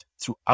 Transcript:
throughout